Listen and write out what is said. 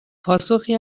پاسخی